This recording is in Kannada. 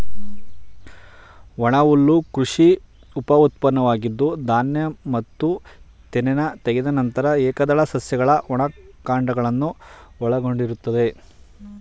ಒಣಹುಲ್ಲು ಕೃಷಿ ಉಪಉತ್ಪನ್ನವಾಗಿದ್ದು ಧಾನ್ಯ ಮತ್ತು ತೆನೆನ ತೆಗೆದ ನಂತರ ಏಕದಳ ಸಸ್ಯಗಳ ಒಣ ಕಾಂಡಗಳನ್ನು ಒಳಗೊಂಡಿರ್ತದೆ